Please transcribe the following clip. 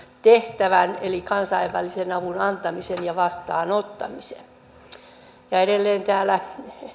tehtävän eli kansainvälisen avun antamisen ja vastaanottamisen ja edelleen täällä